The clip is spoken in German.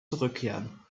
zurückkehren